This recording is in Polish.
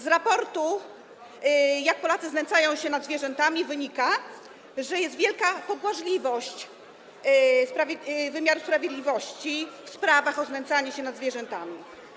Z raportu o tym, jak Polacy znęcają się nad zwierzętami, wynika, że jest wielka pobłażliwość wymiaru sprawiedliwości w sprawach o znęcanie się nad zwierzętami.